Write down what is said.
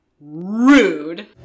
rude